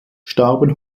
starben